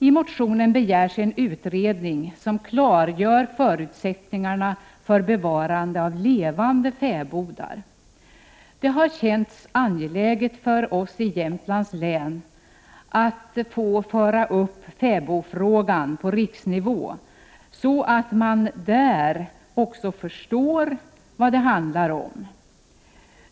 I motionen begärs en utredning som klargör förutsättningarna för ett bevarande av levande fäbodar. Det har känts angeläget för oss i Jämtlands län att få föra upp fäbodfrågan på riksnivå, så att man där också förstår vad det handlar om.